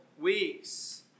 weeks